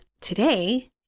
today